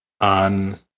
on